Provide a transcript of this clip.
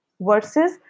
versus